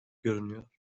görünüyor